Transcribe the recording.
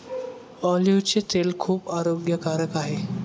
ऑलिव्हचे तेल खूप आरोग्यकारक आहे